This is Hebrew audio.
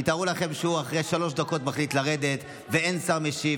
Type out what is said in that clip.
כי תארו לכם שאחרי שלוש דקות הוא מחליט לרדת ואין שר משיב,